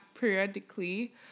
periodically